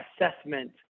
assessment